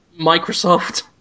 Microsoft